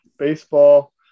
Baseball